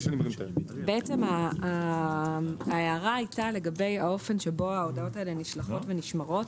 בעצם ההערה הייתה לגבי האופן שבו ההודעות האלה נשלחות ונשמרות.